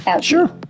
sure